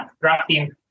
drafting